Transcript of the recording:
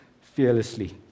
fearlessly